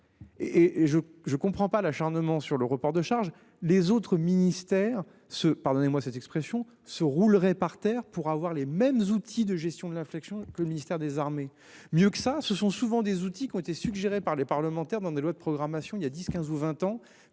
et je je comprend pas l'acharnement sur le report de charges. Les autres ministères se pardonnez-moi cette expression se roulerait par terre pour avoir les mêmes outils de gestion de l'inflexion que le ministère des Armées. Mieux que ça, ce sont souvent des outils qui ont été suggérés par les parlementaires dans des lois de programmation, il y a 10, 15 ou 20 ans,